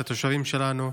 את התושבים שלנו.